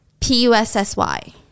P-U-S-S-Y